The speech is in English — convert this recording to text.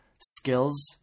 skills